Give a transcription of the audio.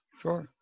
Sure